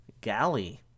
galley